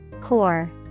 Core